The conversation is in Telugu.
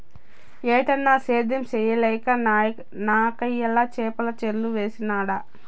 ఏటన్నా, సేద్యం చేయలేక నాకయ్యల చేపల చెర్లు వేసినాడ